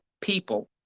people